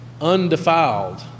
undefiled